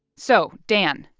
so, dan,